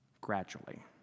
gradually